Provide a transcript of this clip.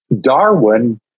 Darwin